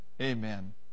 Amen